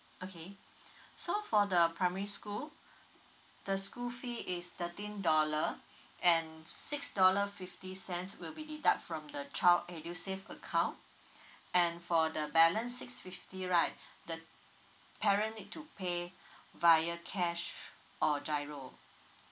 okay so for the primary school the school fee is thirteen dollar and six dollar fifty cents will be deduct from the child edusave account and for the balance six fifty right the parent need to pay via cash or GIRO